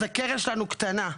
אז הקרן שלנו קטנה.